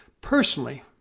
personally